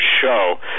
show